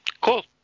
Cool